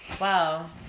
Wow